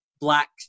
black